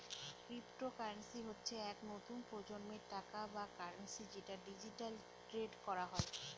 cryptocurrency হচ্ছে এক নতুন প্রজন্মের টাকা বা কারেন্সি যেটা ডিজিটালি ট্রেড করা হয়